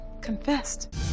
confessed